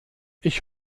ich